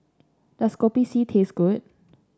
does Kopi C taste good